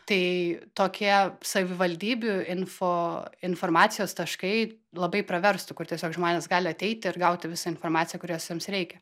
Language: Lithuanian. tai tokie savivaldybių info informacijos taškai labai praverstų kur tiesiog žmonės gali ateiti ir gauti visą informaciją kurios jiems reikia